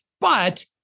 but-